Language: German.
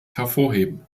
hervorheben